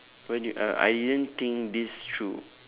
when you uh I didn't think this through